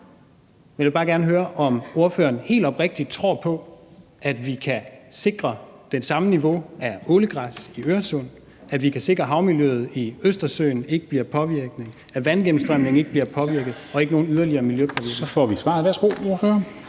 Jeg vil bare gerne høre, om ordføreren helt oprigtigt tror på, at vi kan sikre det samme niveau af ålegræs i Øresund, at vi kan sikre, at havmiljøet i Østersøen ikke bliver påvirket, at vandgennemstrømningen ikke bliver påvirket, og at vi ikke får nogen yderligere miljøpåvirkning. Kl. 20:57 Formanden